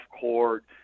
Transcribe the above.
court